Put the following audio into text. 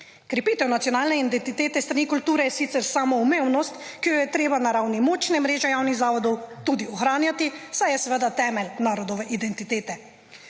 Krepitev nacionalne identitete s strani kulture je sicer samoumevnost, ki jo je treba na ravni močne mreže javnih zavodov tudi ohranjati, saj je temelj narodove identitete.